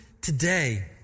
today